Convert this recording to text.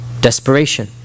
Desperation